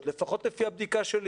לפי הבדיקה שלי